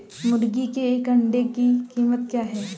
मुर्गी के एक अंडे की कीमत क्या है?